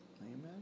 Amen